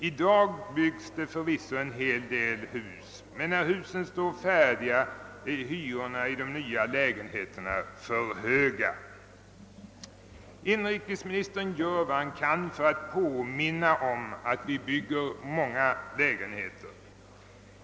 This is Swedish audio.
I dag byggs det förvisso en hel del, men när husen står färdiga är hyrorna i de nya lägenheterna för höga. Inrikesministern gör vad han kan för att påminna oss om att det byggs många lägenheter här i landet.